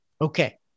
Okay